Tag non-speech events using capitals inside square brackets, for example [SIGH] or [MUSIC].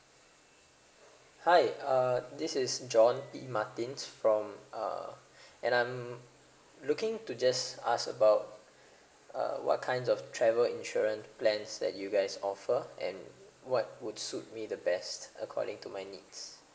hi uh this is john P martins from uh [BREATH] and I'm looking to just ask about uh what kind of travel insurance plans that you guys offer and what would suit me the best according to my needs